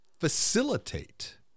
facilitate